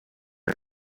are